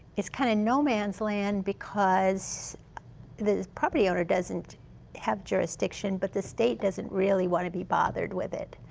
is kind of no man's land because the property owner doesn't have jurisdiction, but the state doesn't really want to be bothered with it.